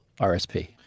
RSP